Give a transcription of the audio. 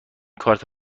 کارت